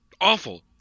awful